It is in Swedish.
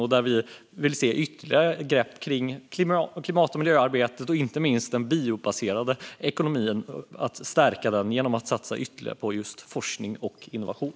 Och vi vill se ytterligare grepp kring klimat och miljöarbetet och inte minst den biobaserade ekonomin och stärka den genom att satsa ytterligare på just forskning och innovation.